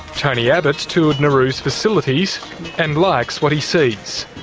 tony abbott's toured nauru's facilities and likes what he sees.